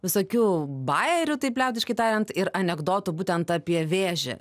visokių bajerių taip liaudiškai tariant ir anekdotų būtent apie vėžį